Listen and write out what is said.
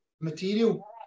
material